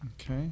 Okay